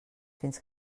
fins